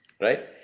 right